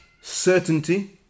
certainty